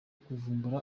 kuvumbura